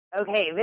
okay